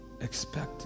expect